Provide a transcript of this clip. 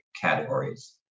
categories